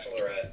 bachelorette